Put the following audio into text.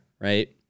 right